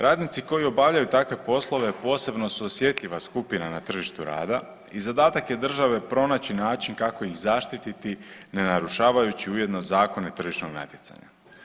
Radnici koji obavljaju takve poslove posebno su osjetljiva skupina na tržištu rada i zadatak je države pronaći način kako ih zaštiti ne narušavajući ujedno zakone tržišnog natjecanja.